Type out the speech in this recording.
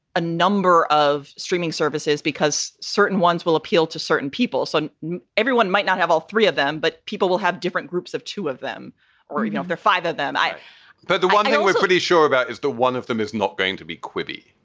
a number of streaming services because certain ones will appeal to certain people. so everyone might not have all three of them, but people will have different groups of two of them or, you know, they're five of them but the one thing we're pretty sure about is the one of them is not going to be quippy.